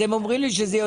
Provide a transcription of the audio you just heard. אז הם אומרים לי שזה יותר.